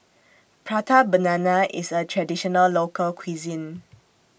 Prata Banana IS A Traditional Local Cuisine